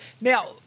Now